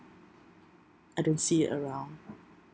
I don't see it around